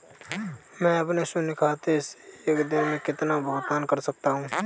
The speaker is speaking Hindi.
मैं अपने शून्य खाते से एक दिन में कितना भुगतान कर सकता हूँ?